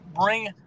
bring